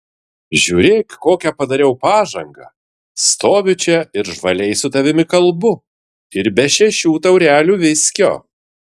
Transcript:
žiūrėk kokią padariau pažangą stoviu čia ir žvaliai su tavimi kalbu ir be šešių taurelių viskio